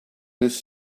this